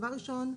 דבר ראשון,